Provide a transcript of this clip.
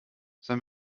sein